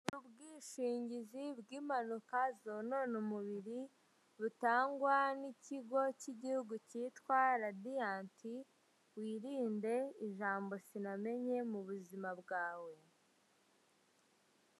Ni ubwishingizi bw'impanuka zonona umubiri, butangwa n'ikigo cy'Igihugu cyitwa radiyanti, wirinde ijambo sinamenye mu buzima bwawe.